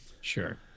sure